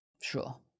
Sure